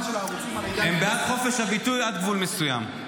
של ערוצים --- הם בעד חופש הביטוי עד גבול מסוים.